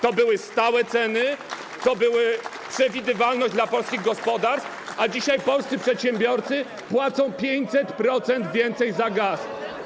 To były stałe ceny, to była przewidywalność dla polskich gospodarstw, a dzisiaj polscy przedsiębiorcy płacą o 500% więcej za gaz.